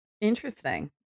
Interesting